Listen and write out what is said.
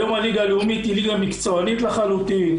היום הליגה הלאומית היא ליגה מקצוענית לחלוטין.